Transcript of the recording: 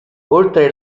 oltre